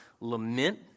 lament